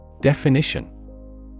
Definition